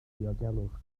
diogelwch